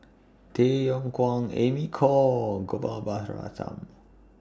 Tay Yong Kwang Amy Khor and Gopal Baratham